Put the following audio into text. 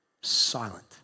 silent